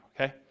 okay